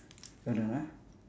hold on ah